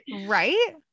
Right